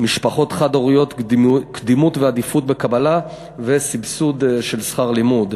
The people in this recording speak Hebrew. משפחות חד-הוריות קדימות ועדיפות בקבלה וסבסוד של שכר לימוד.